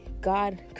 god